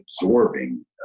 absorbing